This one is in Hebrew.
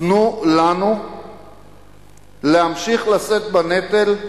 תנו לנו להמשיך לשאת בנטל,